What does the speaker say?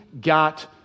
got